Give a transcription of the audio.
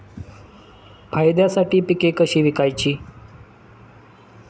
फायद्यासाठी पिके कशी विकायची?